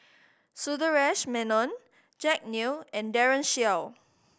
Sundaresh Menon Jack Neo and Daren Shiau